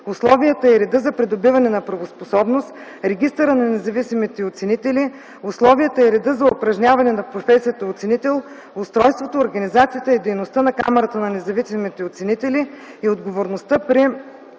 условията и реда за придобиване на правоспособност, регистъра на независимите оценители, условията и реда за упражняване на професията оценител, устройството, организацията и дейността на Камарата на независимите оценители и отговорността при